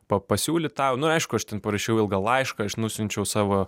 pa pasiūlyt tau nu aišku aš ten parašiau ilgą laišką aš nusiunčiau savo